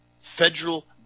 federal